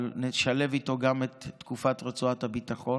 אבל נשלב איתו גם את תקופת רצועת הביטחון,